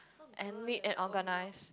and neat and organised